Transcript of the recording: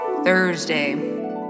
Thursday